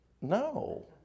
no